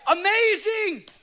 amazing